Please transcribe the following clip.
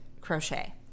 crochet